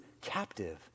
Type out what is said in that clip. captive